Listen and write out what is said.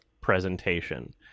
presentation